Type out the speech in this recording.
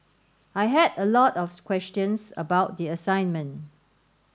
I had a lot of questions about the assignment